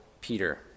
Peter